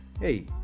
hey